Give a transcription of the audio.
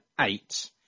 eight